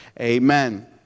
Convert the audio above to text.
Amen